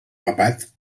papat